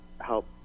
help